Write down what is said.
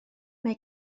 mae